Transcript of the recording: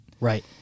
Right